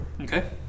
Okay